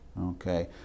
Okay